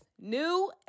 New